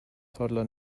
toddler